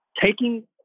taking